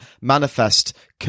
manifest